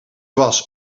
was